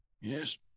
Yes